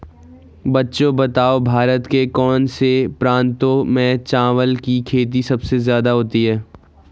बच्चों बताओ भारत के कौन से प्रांतों में चावल की खेती सबसे ज्यादा होती है?